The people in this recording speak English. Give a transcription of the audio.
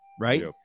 right